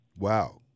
Wow